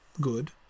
good